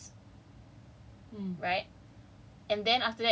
two uh apa different modules from two different universities